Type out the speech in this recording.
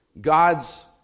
God's